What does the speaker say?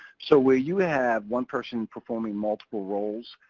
so where you have one person performing multiple roles,